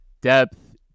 Depth